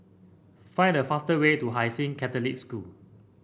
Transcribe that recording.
find the faster way to Hai Sing Catholic School